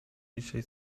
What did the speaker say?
dzisiaj